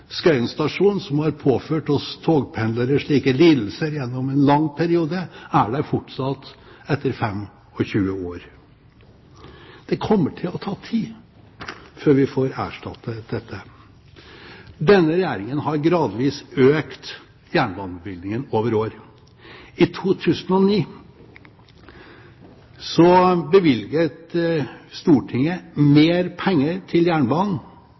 stasjon, som har påført oss togpendlere slike lidelser gjennom en lang periode, er der fortsatt etter 25 år. Det kommer til å ta tid før vi får erstatte dette. Denne regjeringen har gradvis økt jernbanebevilgningen over år. I 2009 bevilget Stortinget mer penger til jernbanen